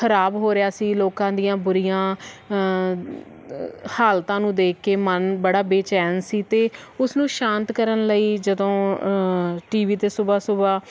ਖਰਾਬ ਹੋ ਰਿਹਾ ਸੀ ਲੋਕਾਂ ਦੀਆਂ ਬੁਰੀਆਂ ਹਾਲਤਾਂ ਨੂੰ ਦੇਖ ਕੇ ਮਨ ਬੜਾ ਬੇਚੈਨ ਸੀ ਅਤੇ ਉਸਨੂੰ ਸ਼ਾਂਤ ਕਰਨ ਲਈ ਜਦੋਂ ਟੀਵੀ 'ਤੇ ਸੁਬਹਾ ਸੁਬਹਾ